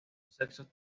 sexos